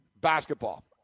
Basketball